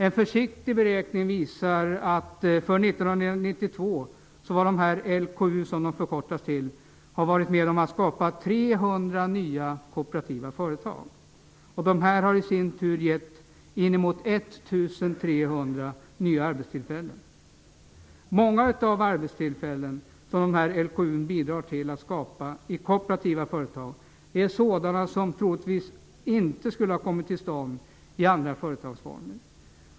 En försiktig beräkning visar att LKU under 1992 bidragit till att skapa 300 nya kooperativa företag. Dessa har i sin tur givit inemot 1 300 nya arbetstillfällen. Många av de arbetstillfällen som LKU bidrar till att skapa i kooperativa företag skulle troligtvis inte ha kommit till stånd i andra företagsformer.